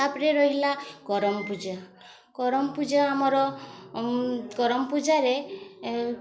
ତା'ପରେ ରହିଲା କରମ ପୂଜା କରମ ପୂଜା ଆମର କରମ ପୂଜାରେ